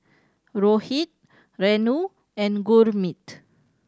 Rohit Renu and Gurmeet